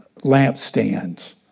lampstands